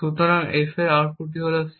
সুতরাং F এর output হল C